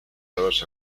dados